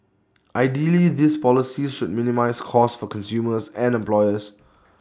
ideally these policies should minimise cost for consumers and employers